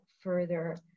further